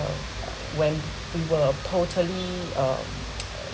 when we were totally um